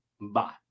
Bye